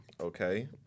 Okay